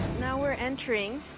now we're entering